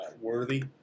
worthy